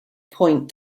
point